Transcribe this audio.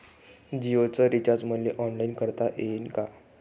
जीओच रिचार्ज मले ऑनलाईन करता येईन का?